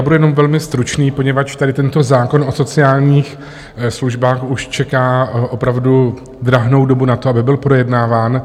Budu jenom velmi stručný, poněvadž tento zákon o sociálních službách už čeká opravdu drahnou dobu na to, aby byl projednáván.